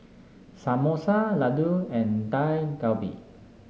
Samosa Ladoo and Dak Galbi